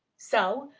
so,